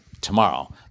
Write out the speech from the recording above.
tomorrow